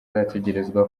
bategerezwa